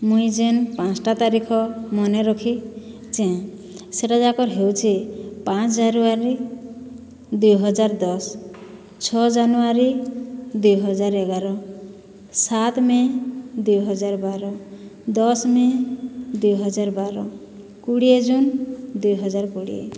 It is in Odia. ମୁଁଇ ଯେନ୍ ପାଞ୍ଚ୍ଟା ତାରିଖ ମନେ ରଖିଛେଁ ସେଇଟା ଯାକର୍ ହେଉଛେ ପାଞ୍ଚ ଜାନୁଆରୀ ଦୁଇହଜାର ଦଶ ଛଅ ଜାନୁଆରୀ ଦୁଇହଜାର ଏଗାର ସାତ ମେ' ଦୁଇହଜାର ବାର ଦଶ ମେ' ଦୁଇହଜାର ବାର କୁଡ଼ିଏ ଜୁନ୍ ଦୁଇହଜାର କୁଡ଼ିଏ